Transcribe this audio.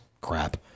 crap